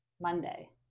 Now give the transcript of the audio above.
Monday